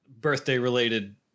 birthday-related